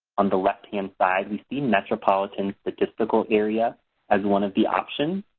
on the left-hand side we see metropolitan statistical area as one of the options.